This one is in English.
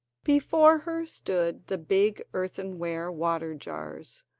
before her stood the big earthenware water jars,